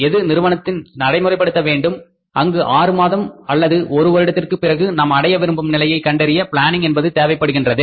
எது நிறுவனத்தில் நடைமுறைப்படுத்த வேண்டும் அங்கு ஆறு மாதம் அல்லது ஒரு வருடத்திற்கு பிறகு நாம் அடைய விரும்பும் நிலையை கண்டறிய பிளானிங் என்பது தேவைப்படுகின்றது